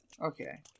Okay